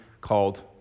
called